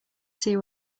see